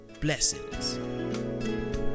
blessings